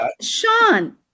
Sean